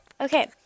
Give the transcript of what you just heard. Okay